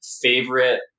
favorite